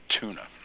Tuna